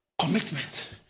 commitment